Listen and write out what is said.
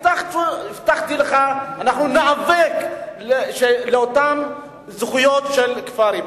הבטחתי לך שניאבק על אותן זכויות של כפרים.